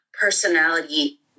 personality